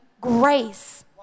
grace